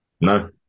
No